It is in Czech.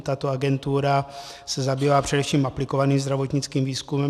Tato agentura se zabývá především aplikovaným zdravotnickým výzkumem.